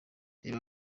reba